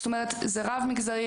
זאת אומרת זה רב-מגזרי,